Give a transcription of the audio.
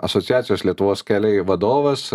asociacijos lietuvos keliai vadovas